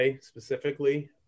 specifically